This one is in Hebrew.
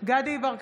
דסטה גדי יברקן,